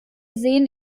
sehen